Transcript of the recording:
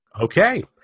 Okay